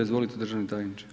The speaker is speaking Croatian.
Izvolite državni tajniče.